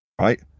right